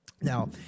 Now